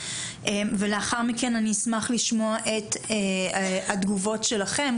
ולאחר מכן אני אשמח לשמוע את התגובות שלכם,